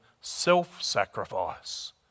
self-sacrifice